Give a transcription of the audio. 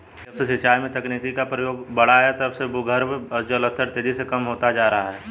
जब से सिंचाई में तकनीकी का प्रयोग बड़ा है तब से भूगर्भ जल स्तर तेजी से कम होता जा रहा है